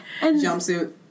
Jumpsuit